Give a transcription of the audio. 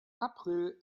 april